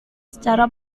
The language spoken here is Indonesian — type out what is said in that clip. secara